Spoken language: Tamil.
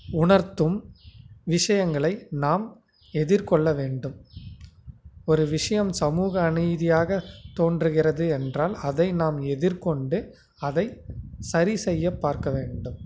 உணர்த்தும் விஷயங்களை நாம் எதிர்கொள்ள வேண்டும் ஒரு விஷயம் சமூக அநீதியாக தோன்றுகிறது என்றால் அதை நாம் எதிர்கொண்டு அதை சரி செய்ய பார்க்க வேண்டும்